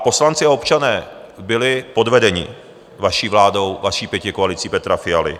Poslanci a občané byli podvedeni vaší vládou, vaší pětikoalicí, Petra Fialy.